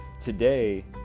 today